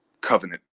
Covenant